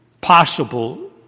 possible